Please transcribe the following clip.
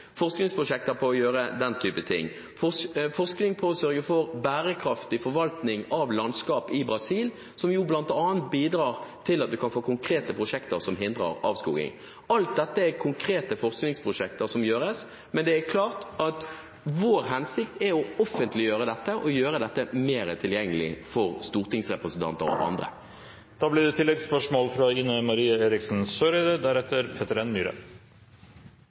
den type ting. Og det er forskning på å sørge for bærekraftig forvaltning av landskap i Brasil, som jo bl.a. bidrar til at vi kan få konkrete prosjekter som hindrer avskoging. Alt dette er konkrete forskningsprosjekter som gjøres. Men det er klart at vår hensikt er å offentliggjøre dette og gjøre det mer tilgjengelig for stortingsrepresentanter og andre. Ine Marie Eriksen Søreide – til oppfølgingsspørsmål. Det